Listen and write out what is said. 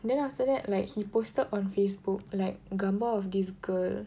then after that like he posted on Facebook like gambar of this girl